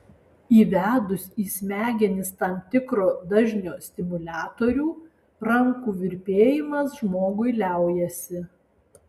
įvedus į smegenis tam tikro dažnio stimuliatorių rankų virpėjimas žmogui liaujasi